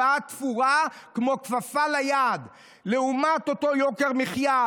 היא באה תפורה כמו כפפה ליד לעומת אותו יוקר מחיה,